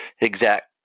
exact